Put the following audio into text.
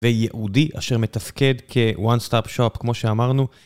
וייעודי, אשר מתפקד כ-One Stop Shop כמו שאמרנו.